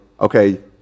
okay